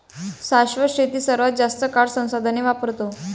शाश्वत शेती सर्वात जास्त काळ संसाधने वापरते